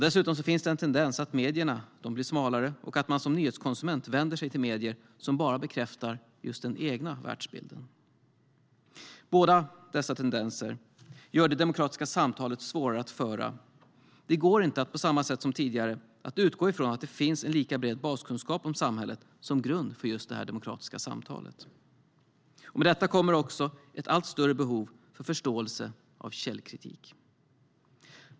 Dessutom finns en tendens att medierna blir smalare och att man som nyhetskonsument vänder sig till medier som bara bekräftar den egna världsbilden. Båda dessa tendenser gör det demokratiska samtalet svårare att föra. Det går inte att på samma sätt som tidigare utgå ifrån att det finns en bred baskunskap om samhället som grund för det demokratiska samtalet. Med detta kommer också ett allt större behov av förståelse av källkritik.